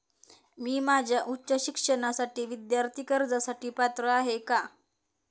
मी माझ्या उच्च शिक्षणासाठी विद्यार्थी कर्जासाठी पात्र आहे का?